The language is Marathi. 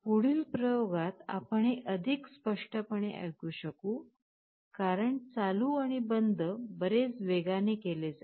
पुढील प्रयोगात आपण हे अधिक स्पष्टपणे ऐकू शकू कारण चालू आणि बंद बरेच वेगाने केले जाईल